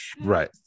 Right